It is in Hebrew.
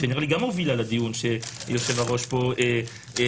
שנראה לי גם הובילה לדיון שהיושב-ראש פה מקיים